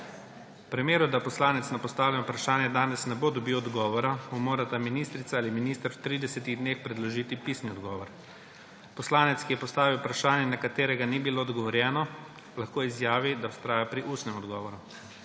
V primeru, da poslanec na postavljeno vprašanje danes ne bo dobil odgovora, mu morata ministrica ali minister v 30 dneh predložiti pisni odgovor. Poslanec, ki je postavil vprašanje, na katerega ni bilo odgovorjeno, lahko izjavi, da vztraja pri ustnem odgovoru.